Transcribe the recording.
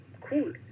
cool